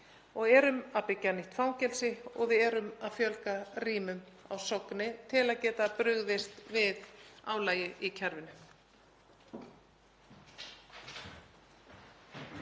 og erum að byggja nýtt fangelsi og fjölga rýmum á Sogni til að geta brugðist við álagi í kerfinu.